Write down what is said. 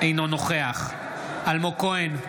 אינו נוכח אלמוג כהן,